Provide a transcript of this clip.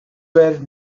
were